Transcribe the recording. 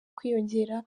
kwiyongera